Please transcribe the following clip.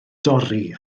dorri